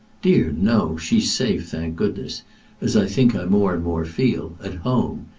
dear no she's safe, thank goodness as i think i more and more feel at home.